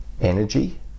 energy